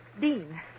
Dean